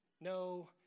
No